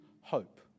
hope